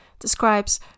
describes